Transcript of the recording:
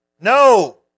No